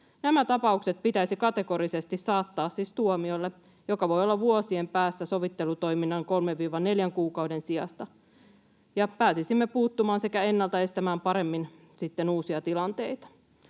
Nämä tapaukset pitäisi kategorisesti saattaa siis tuomiolle, joka voi olla vuosien päässä sovittelutoiminnan 3—4 kuukauden sijasta — ja pääsisimme puuttumaan sekä ennaltaestämään paremmin sitten uusia tilanteita.